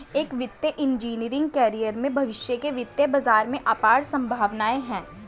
एक वित्तीय engineering career में भविष्य के वित्तीय बाजार में अपार संभावनाएं हैं